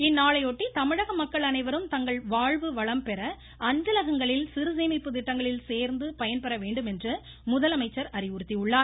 இந்நாளையொட்டி தமிழக மக்கள் அனைவரும் தங்கள் வாழ்வு வளம்பெற அஞ்சலகங்களில் சிறு சேமிப்பு திட்டங்களில் சேர்ந்து பயன்பெற வேண்டும் என்று முதலமைச்சர் அறிவுறுத்தியுள்ளார்